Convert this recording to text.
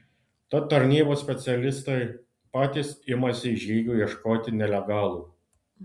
tad tarnybos specialistai patys imasi žygių ieškoti nelegalų